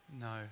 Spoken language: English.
No